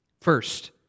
First